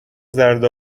زرد